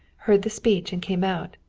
heard the speech and came out.